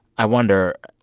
i wonder,